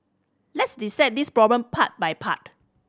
let's dissect this problem part by part